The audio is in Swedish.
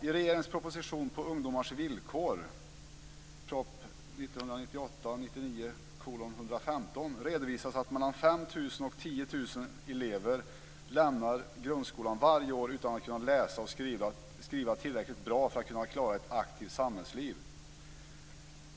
I regeringens proposition På ungdomars villkor, proposition 1998/99:115, redovisas att mellan 5 000 och 10 000 elever lämnar grundskolan varje år utan att kunna läsa och skriva tillräckligt bra för att klara ett aktivt samhällsliv.